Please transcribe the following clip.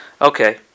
Okay